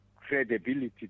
credibility